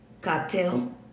Cocktail